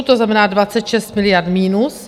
To znamená 26 miliard minus.